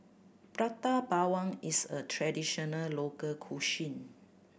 Prata Bawang is a traditional local cuisine